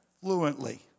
fluently